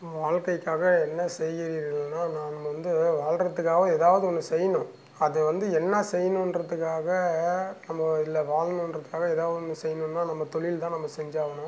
வாழ்க்கைக்காக என்ன செய்கிறீர்கள்னால் நாங்கள் வந்து வாழ்றதுக்காக ஏதாவது ஒன்று செய்யணும் அது வந்து என்ன செய்யணுன்றதுக்காக நம்ம இல்ல வாழணுன்றதுக்காக எதாவது ஒன்று செய்யணுன்னா நம்ம தொழில்தான் நம்ம செஞ்சாகணும்